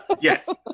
Yes